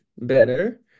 better